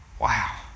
Wow